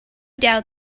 doubt